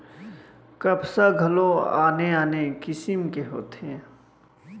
कपसा घलोक आने आने किसिम के होथे